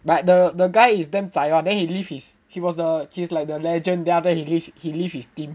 but the the guy is damn zai [one] then he leave his he was the he is like the legend then after that he leave his he leave his team